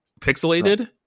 pixelated